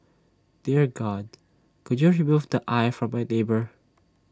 dear God could you remove the eye of my neighbour